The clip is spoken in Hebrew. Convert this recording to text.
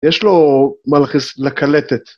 יש לו מלכס לקלטת.